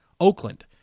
Oakland